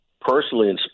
personally